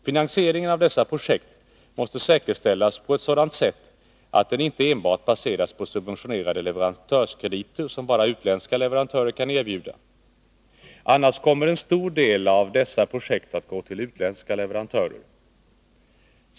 Finansieringen av dessa projekt måste säkerställas på ett sådant sätt att den inte enbart baseras på subventionerade leverantörskrediter som bara utländska leverantörer kan erbjuda. Annars kommer en stor del av dessa projekt att gå till utländska leverantörer.